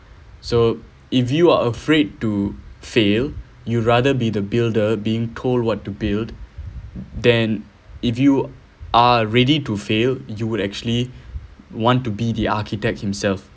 so if you are afraid to fail you rather be the builder being told what to build than if you are ready to fail you would actually want to be the architect himself